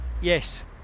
Yes